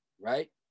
right